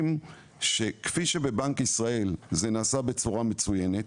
כפי שזה נעשה בבנק ישראל בצורה מצוינת